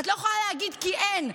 את לא יכולה להגיד, כי אין.